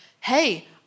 hey